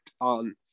on